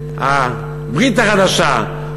הברית החדשה,